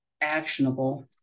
actionable